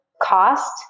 cost